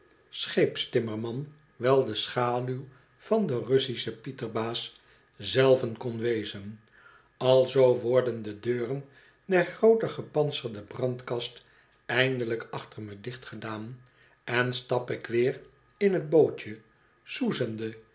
scheepstimmerman wel de schaduw van den russischen pieterbaas zelven kon wezen alzoo worden de deuren der groote gepantserde brandkast eindelijk achter me dicht gedaan en stap ik woer in t bootje